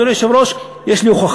אדוני היושב-ראש, יש לי הוכחה.